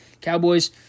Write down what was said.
Cowboys